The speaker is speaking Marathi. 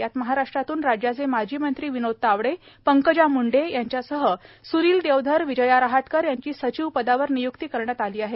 यात महाराष्ट्रातून राज्याचे माजी मंत्री विनोद तावडे पंकजा म्ंडे यांच्यासह स्नील देवधर विजया रहाटकर यांची सचिव पदावर निय्क्ती करण्यात आली आहे